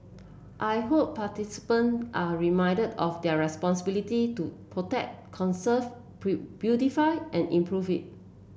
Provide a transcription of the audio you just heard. I hope participant are reminded of their responsibility to protect conserve beautify and improve it